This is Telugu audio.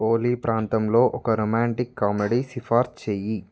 ఓలీ ప్రాంతంలో ఒక రొమాంటిక్ కామెడీ సిఫార్సు చెయ్యి